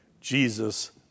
Jesus